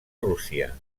rússia